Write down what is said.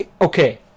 Okay